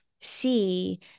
see